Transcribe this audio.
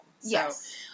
Yes